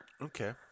Okay